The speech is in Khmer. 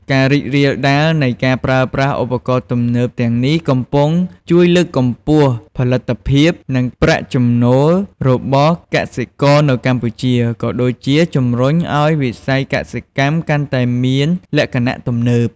ការរីករាលដាលនៃការប្រើប្រាស់ឧបករណ៍ទំនើបទាំងនេះ កំពុងជួយលើកកម្ពស់ផលិតភាព និងប្រាក់ចំណូលរបស់កសិករនៅកម្ពុជា ក៏ដូចជាជំរុញឱ្យវិស័យកសិកម្មកាន់តែមានលក្ខណៈទំនើប។